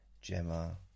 Gemma